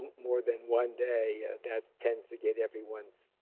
more than one day, that tends to get everyone's